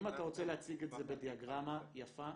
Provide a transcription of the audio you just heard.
אם אתה רוצה להציג את זה בדיאגרמה יפה,